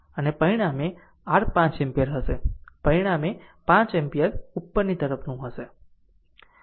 આમ પરિણામે r 5 ampere હશે પરિણામ 5 એમ્પીયર ઉપર તરફનું હશે